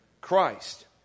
Christ